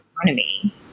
economy